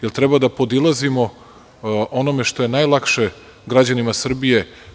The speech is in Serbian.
Da li treba da podilazimo onome što je najlakše građanima Srbije?